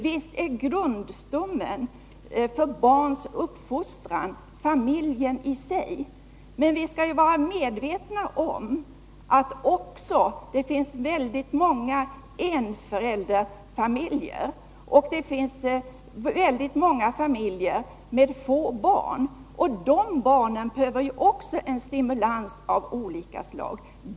Visst är grundstommen för barnens uppfostran familjen i sig, men vi skall vara medvetna om att det också finns väldigt många enförälderfamiljer och familjer med få barn, och de barnen behöver också stimulans av olika slag.